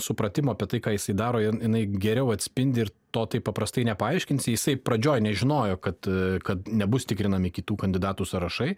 supratimo apie tai ką jisai daro jinai geriau atspindi ir to tai paprastai nepaaiškinsi jisai pradžioj nežinojo kad kad nebus tikrinami kitų kandidatų sąrašai